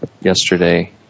yesterday